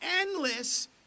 endless